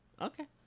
Okay